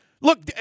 look